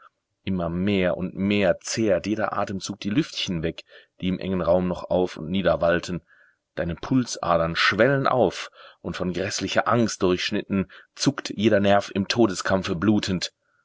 immer mehr und mehr zehrt jeder atemzug die lüftchen weg die im engen raum noch auf und niederwallten deine pulsadern schwellen auf und von gräßlicher angst durchschnitten zuckt jeder nerv im todeskampfe blutend